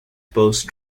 perce